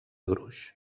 gruix